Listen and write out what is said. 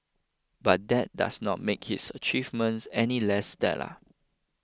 but that does not make his achievements any less stellar